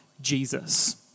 Jesus